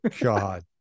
God